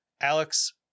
Alex